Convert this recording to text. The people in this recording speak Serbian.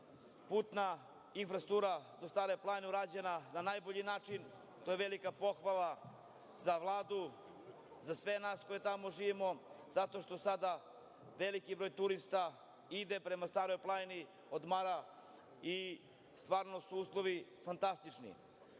putna infrastruktura do Stare planine urađena na najbolji način, to je velika pohvala za Vladu, za sve nas koji tamo živimo, zato što sada veliki broj turista ide prema Staroj planini, odmara i stvarno su uslovi fantastični. Inače,